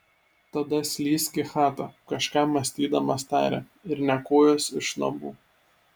tada slysk į chatą kažką mąstydamas tarė ir nė kojos iš namų